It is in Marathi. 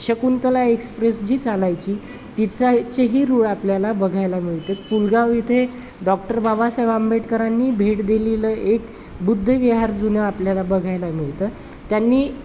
शकुंतला एक्सप्रेस जी चालायची तिचा चेही रूळ आपल्याला बघायला मिळतात पुलगाव इथे डॉक्टर बाबासाहेब आंबेडकरांनी भेट दिलेलं एक बुद्ध विहार जुनं आपल्याला बघायला मिळतं त्यांनी